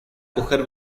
coger